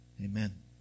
Amen